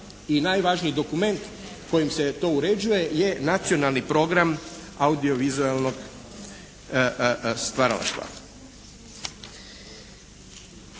i najvažniji dokument kojim se to uređuje je nacionalni program audio-vizualnog stvaralaštva.